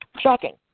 Shocking